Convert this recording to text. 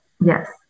Yes